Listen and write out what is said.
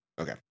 okay